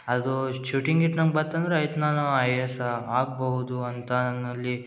ಅದು ಶೂಟಿಂಗ್ ಗೀಟಿಂಗ್ ನಂಗೆ ಬತ್ತಂದ್ರೆ ಆಯ್ತು ನಾನು ಐ ಎ ಎಸ್ ಆಗಬಹುದು ಅಂತ ನನ್ನಲ್ಲಿ